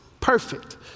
Perfect